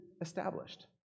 established